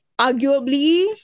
arguably